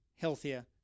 healthier